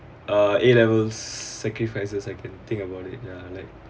uh A levels sacrifices I can think about it ya like